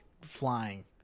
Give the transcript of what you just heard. flying